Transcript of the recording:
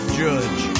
judge